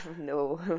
no